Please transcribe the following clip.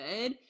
good